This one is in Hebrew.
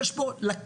יש פה לקונות,